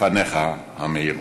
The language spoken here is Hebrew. כפניך המאירות.